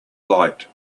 light